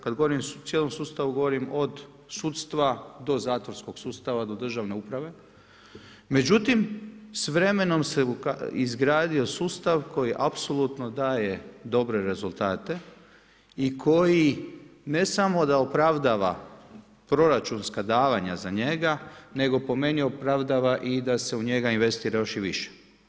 Kad govorim o cijelom sustavu govorim od sudstva do zatvorskog sustava do državne uprave, međutim s vremenom se izgradio sustav koji apsolutno daje dobre rezultate i koji ne samo da opravdava proračunska davanja za njega nego po meni opravdava da se u njega investira još i više.